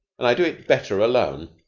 and i do it better alone.